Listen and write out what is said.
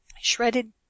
Shredded